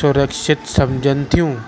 सुरक्षित सम्झनि थियूं